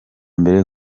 mbere